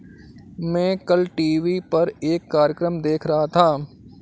मैं कल टीवी पर एक कार्यक्रम देख रहा था